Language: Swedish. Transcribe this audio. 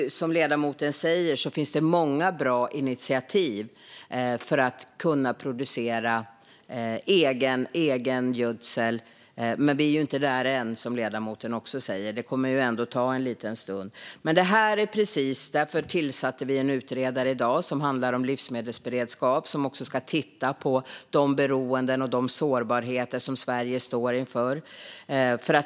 Som ledamoten säger finns det många bra initiativ för att kunna producera egen gödsel. Men som ledamoten också säger är vi inte där än; det kommer att ta en liten stund. Därför tillsatte vi en utredning i dag som handlar om livsmedelsberedskap. Den ska också titta på de beroenden och sårbarheter Sverige har.